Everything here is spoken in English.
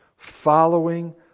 Following